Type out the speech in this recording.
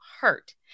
hurt